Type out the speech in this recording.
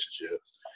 relationships